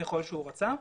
ככל שהוא רצה.